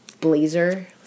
blazer